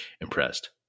impressed